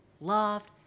loved